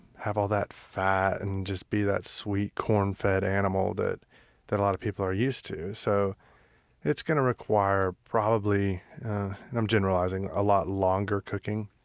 have all that fat and just be that sweet corn-fed animal that that a lot of people are used to, so it's going to require probably and i'm generalizing a lot longer cooking.